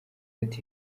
ati